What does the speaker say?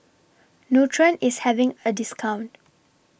Nutren IS having A discount